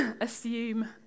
assume